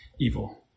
evil